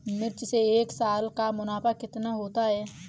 मिर्च से एक साल का मुनाफा कितना होता है?